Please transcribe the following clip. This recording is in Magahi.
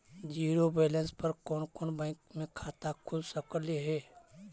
जिरो बैलेंस पर कोन कोन बैंक में खाता खुल सकले हे?